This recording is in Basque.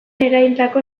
eraildako